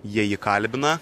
jie jį kalbina